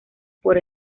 por